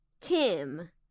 Tim